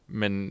men